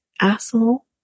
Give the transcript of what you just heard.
asshole